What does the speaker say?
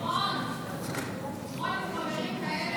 אדוני היושב-ראש, כבוד השר,